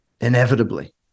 inevitably